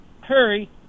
hurry